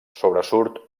sobresurt